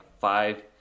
five